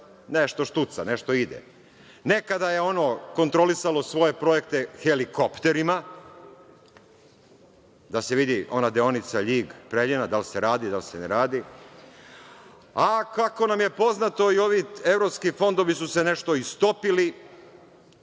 nešto štuca, nešto ide. Nekada je ono kontrolisalo svoje projekte helikopterima, da se vidi ona deonica LJig-Preljina, da li se radi, da li se ne radi. Kako nam je poznato, ovi evropski fondovi su se nešto istopili,